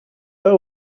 pas